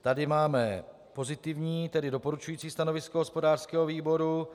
Tady máme pozitivní, tedy doporučující stanovisko hospodářského výboru.